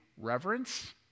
reverence